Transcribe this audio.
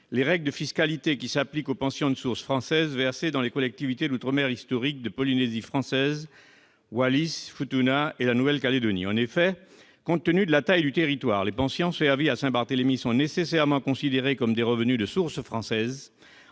les règles de fiscalité qui s'appliquent aux pensions de source française versées dans les collectivités d'outre-mer historiques de Polynésie française, de Wallis-et-Futuna et de la Nouvelle-Calédonie. Compte tenu de la taille du territoire, les pensions servies à Saint-Barthélemy sont nécessairement considérées comme des revenus de source française